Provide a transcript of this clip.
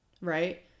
right